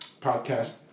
podcast